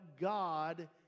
God